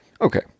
Okay